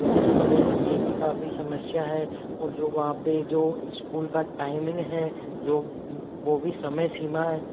इस बढ़े ये भी काफ़ी समस्या है और जो वहाँ पर जो इस्कूल का टाइमिंग है जो वो भी समय सीमा